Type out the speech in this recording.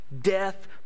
death